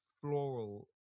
floral